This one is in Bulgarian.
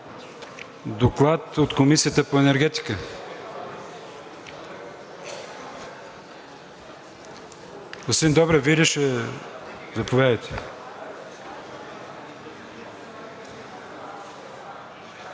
Доклад от Комисията по енергетика. Господин Добрев, Вие ли? Заповядайте.